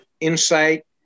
insight